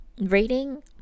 reading